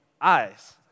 eyes